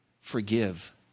forgive